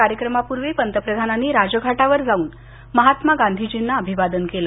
तत्पूर्वी पंतप्रधानांनी राजघाटावर जाऊन महात्मा गांधीजींना अभिवादन केलं